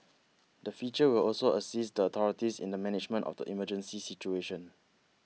the feature will also assist the authorities in the management of the emergency situation